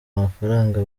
amafaranga